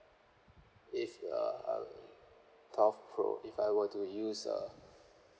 if uh uh twelve pro if I were to use uh